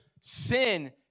sin